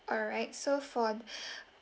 alright so for